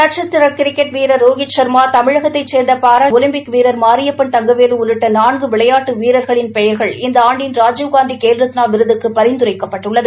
நட்சத்திர கிரிக்கெட் வீரர் ரோஹித் சர்மா தமிழகத்தைச் சேர்ந்த பாராலிம்பிக் வீரர் மாரியப்பன் தங்கவேலு உள்ளிட்ட நான்கு விளையாட்டு வீரர்களின் பெயர் இந்த ஆண்டின் ராஜீவ்காந்தி கேல்ரத்னா விருதுக்கு பரிந்துரைக்கப்பட்டுள்ளது